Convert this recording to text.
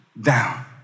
down